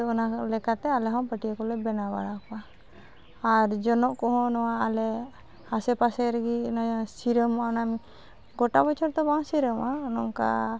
ᱛᱳ ᱚᱱᱟ ᱞᱮᱠᱟᱛᱮ ᱟᱞᱮᱦᱚᱸ ᱯᱟᱹᱴᱭᱟᱹᱠᱚᱞᱮ ᱵᱮᱱᱟᱣᱵᱟᱲᱟ ᱟᱠᱚᱣᱟ ᱟᱨ ᱡᱚᱱᱚᱜ ᱠᱚᱦᱚᱸ ᱱᱚᱣᱟ ᱟᱞᱮ ᱟᱥᱮᱯᱟᱥᱮ ᱨᱮᱜᱮ ᱚᱱᱮ ᱥᱤᱨᱟᱹᱢ ᱚᱱᱟᱢ ᱜᱚᱴᱟ ᱵᱚᱪᱷᱚᱨᱫᱚ ᱵᱟᱝ ᱥᱤᱨᱟᱹᱢᱚᱜᱼᱟ ᱱᱚᱝᱠᱟ